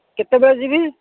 କେତେବେଳେ ଯିବି